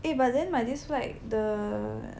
eh but then my this flight the